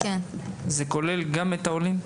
זה כולל גם את העולים?